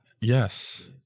yes